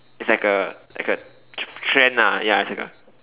it's like a like a trend ah ya it's like a